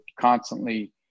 constantly